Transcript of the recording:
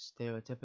stereotypical